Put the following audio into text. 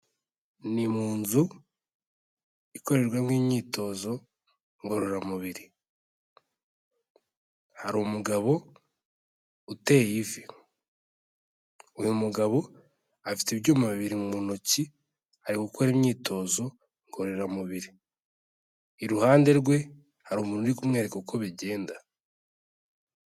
Ni munzu ikorerwamo imyitozo ngoramubiri. Hari umugabo uteye ivi. Uyu mugabo afite ibyuma bibiri mu ntoki ari gukora imyitozo ngoramubiri. Iruhande rwe hari umuntu uri kumwereka uko bigenda.